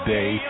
Day